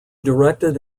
directed